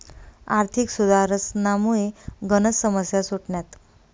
आर्थिक सुधारसनामुये गनच समस्या सुटण्यात